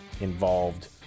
involved